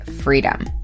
freedom